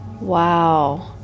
Wow